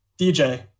DJ